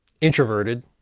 introverted